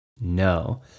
No